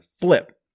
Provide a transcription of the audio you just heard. Flip